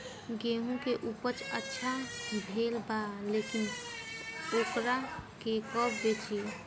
गेहूं के उपज अच्छा भेल बा लेकिन वोकरा के कब बेची?